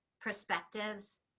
perspectives